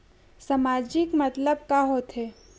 सामाजिक मतलब का होथे?